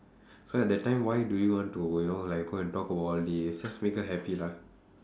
so at that time why do you want to you know like go and talk about all this just make her happy lah